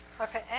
Okay